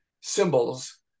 symbols